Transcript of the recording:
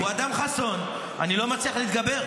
הוא אדם חסון, אני לא מצליח להתגבר.